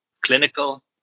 clinical